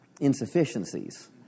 insufficiencies